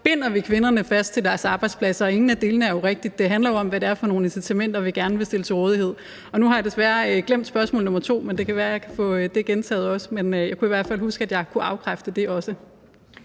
binder kvinderne fast til deres arbejdspladser, og ingen af delene er jo rigtige, for det handler om, hvad det er for nogle incitamenter, vi gerne vil stille til rådighed. Nu har jeg desværre glemt spørgsmål nr. 2, men det kan være, jeg også kan få det gentaget. Men jeg kunne i hvert fald huske, at jeg kunne afkræfte det også.